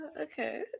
Okay